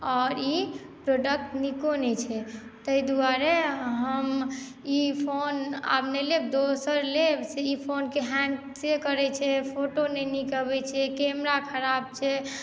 आओर ई प्रोडक्ट नीको नहि छै ताहि द्वारे हम ई फोन आब नहि लेब दोसर लेब से ई फोन के हैंग से करैत छै फोटो नहि नीक अबैत छै कैमरा खराब छै